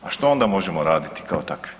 A što onda možemo raditi kao takvi?